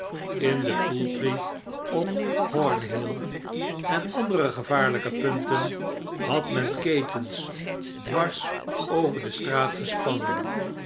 in de poultry op cornhill er andere gevaarlijke punten had men ketens dwars over de straat gespannen